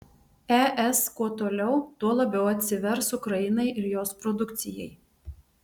es kuo toliau tuo labiau atsivers ukrainai ir jos produkcijai